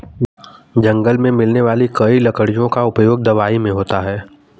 जंगल मे मिलने वाली कई लकड़ियों का उपयोग दवाई मे होता है